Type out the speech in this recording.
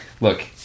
Look